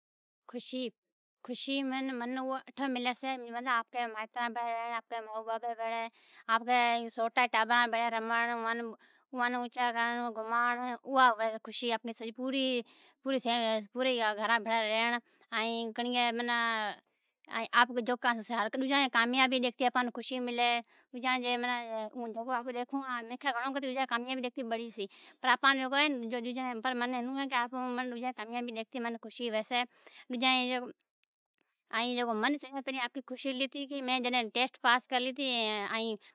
خوشی میں منیں او ملسے آپرے مائتراں بھیڑیں رہنڑ ما باپ بھیڑیں رہینڑ آپریں سوٹاں ٹابراں بھیڑیں رہنڑ اوئاں نیں گھمانئنڑ او خوشی پوری گھراں بھیڑا رہنڑ ائیں آپاں ناں کامیابی ماں خوشی ملے۔ گھنڑا مانڑو کامیابی ڈیکھے بڑیسیں پر آپاں ناں کامیابی ڈیکھے خوشی ہوئیسے ڈوجے ائیں جکو من سیں آپری خوشی لیتی میں جڈنہں ٹیسٹ پاس کرے لیتی